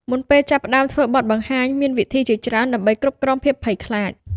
មុនពេលចាប់ផ្តើមធ្វើបទបង្ហាញ មានវិធីជាច្រើនដើម្បីគ្រប់គ្រងភាពភ័យខ្លាច។